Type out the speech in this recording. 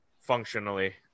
functionally